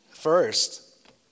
First